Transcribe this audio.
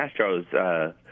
Astros